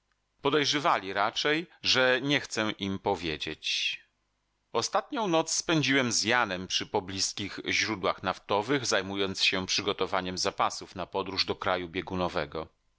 temu podejrzywali raczej że nie chcę im powiedzieć ostatnią noc spędziłem z janem przy poblizkich źródłach naftowych zajmując się przygotowaniem zapasów na podróż do kraju